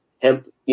Hemp